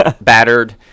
battered